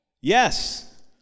Yes